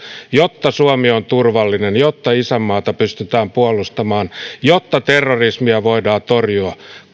jotta suomi on turvallinen jotta isänmaata pystytään puolustamaan jotta terrorismia voidaan torjua